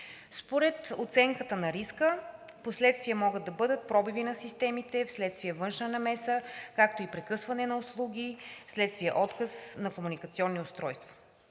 Според оценката на риска последствия могат да бъдат пробиви на системите вследствие на външна намеса, както и прекъсване на услуги вследствие отказ на комуникационни устройства.